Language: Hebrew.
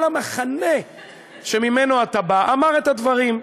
אבל המחנה שממנו אתה בא אמר את הדברים.